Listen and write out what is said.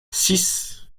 six